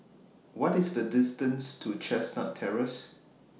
What IS The distance to Chestnut Terrace